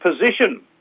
position